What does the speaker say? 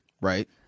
Right